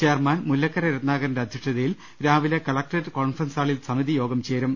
chairman Mullakkara രത്നാകരന്റെ അധ്യക്ഷതയിൽ രാവിലെ കലക്ടറേറ്റ് കോൺഫറൻസ് ഹാളിൽ സമിതി യോ ഗം ചേരും